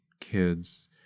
kids